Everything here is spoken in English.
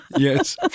Yes